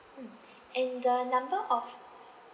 mm and the number of